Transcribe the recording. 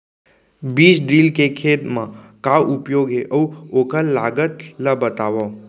बीज ड्रिल के खेत मा का उपयोग हे, अऊ ओखर लागत ला बतावव?